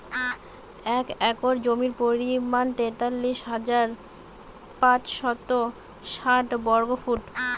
এক একর জমির পরিমাণ তেতাল্লিশ হাজার পাঁচশত ষাট বর্গফুট